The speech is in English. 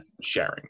sharing